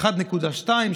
1.2,